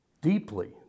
deeply